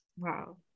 wow